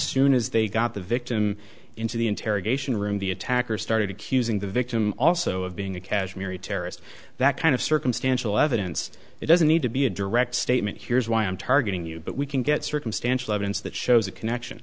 soon as they got the victim into the interrogation room the attackers started accusing the victim also of being a kashmiri terrorist that kind of circumstantial evidence it doesn't need to be a direct statement here's why i'm targeting you but we can get circumstantial evidence that shows a connection